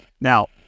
Now